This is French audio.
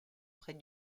près